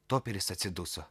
toperis atsiduso